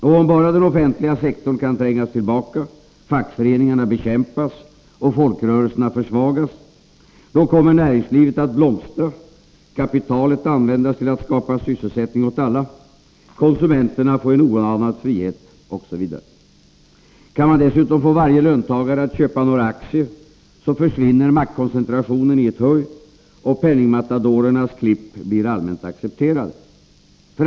Och om bara den offentliga sektorn kan trängas tillbaka, fackföreningarna bekämpas och folkrörelserna försvagas, då kommer näringslivet att blomstra, kapitalet att användas till att skapa sysselsättning åt alla, konsumenterna att få en oanad frihet, osv. Kan man dessutom få varje löntagare att köpa några aktier, så försvinner maktkoncentrationen i ett huj, och penningmatadorernas klipp blir allmänt accepterade.